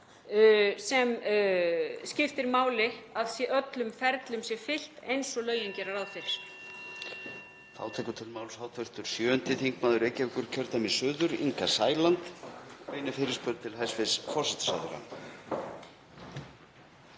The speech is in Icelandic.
sem skiptir máli að öllum ferlum sé fylgt eins og lögin gera ráð fyrir.